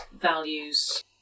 values